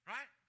Right